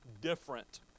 different